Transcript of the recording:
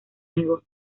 negó